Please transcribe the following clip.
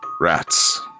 rats